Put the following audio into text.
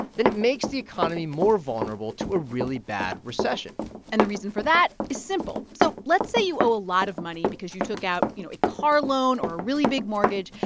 then it makes the economy more vulnerable to a really bad recession and the reason for that is simple. so let's say you owe a lot of money because you took out, you know, a car loan or a really big mortgage,